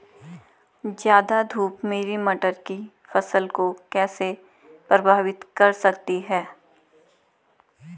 ज़्यादा धूप मेरी मटर की फसल को कैसे प्रभावित कर सकती है?